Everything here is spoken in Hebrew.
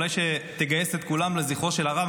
אולי שתגייס את כולם לזכרו של הרב,